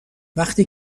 وقتی